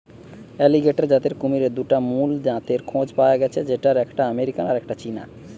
alligator জাতের কুমিরের দুটা মুল জাতের খোঁজ পায়া গ্যাছে যেটার একটা আমেরিকান আর একটা চীনা